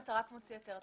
אם אתה רק מוציא היתר,